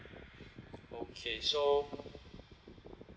okay so